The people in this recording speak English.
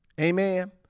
Amen